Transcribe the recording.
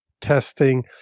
testing